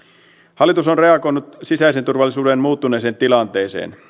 hallitus on reagoinut sisäisen turvallisuuden muuttuneeseen tilanteeseen